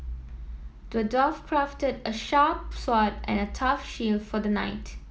the dwarf crafted a sharp sword and a tough shield for the knight